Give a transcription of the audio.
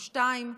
התשפ"ב 2022,